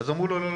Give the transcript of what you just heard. אז אמרו: לא,